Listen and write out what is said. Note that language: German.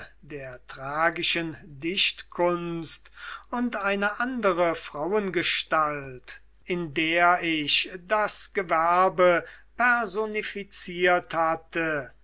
der tragischen dichtkunst und eine andere frauengestalt in der ich das gewerbe personifiziert hatte